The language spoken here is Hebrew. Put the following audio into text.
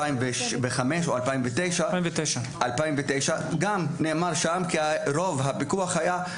גם נאמר שם כי רוב הפיקוח היה על בתי ספר ערביים,